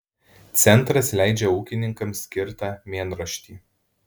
centras leidžia ūkininkams skirtą mėnraštį